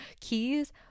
Keys